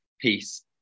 peace